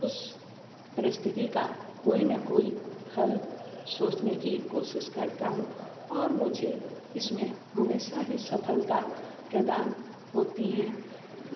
उस प्रस्थिति का कोई ना कोई हल सोचने की कोशिश करता हूँ और मुझे इस में हमेशा ही सफ़लता प्रदान होती है